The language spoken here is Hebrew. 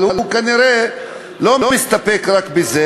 אבל הוא כנראה לא מסתפק רק בזה,